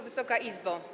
Wysoka Izbo!